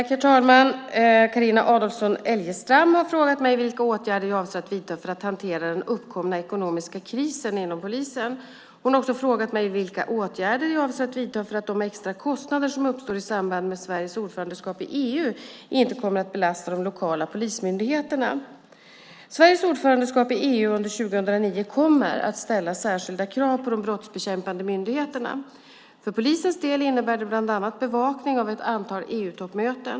Herr talman! Carina Adolfsson Elgestam har frågat mig vilka åtgärder jag avser att vidta för att hantera den uppkomna ekonomiska krisen inom polisen. Hon har också frågat mig vilka åtgärder jag avser att vidta för att de extra kostnader som uppstår i samband med Sveriges ordförandeskap i EU inte kommer att belasta de lokala polismyndigheterna. Sveriges ordförandeskap i EU under 2009 kommer att ställa särskilda krav på de brottsbekämpande myndigheterna. För polisens del innebär det bland annat bevakning av ett antal EU-toppmöten.